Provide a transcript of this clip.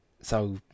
So